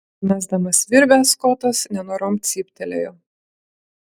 mesdamas virvę skotas nenorom cyptelėjo